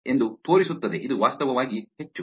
ಇದು ವಾಸ್ತವವಾಗಿ ಹೆಚ್ಚು